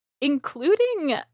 Including